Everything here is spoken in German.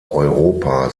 europa